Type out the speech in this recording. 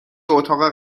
اتاق